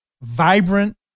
vibrant